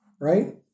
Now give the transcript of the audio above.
right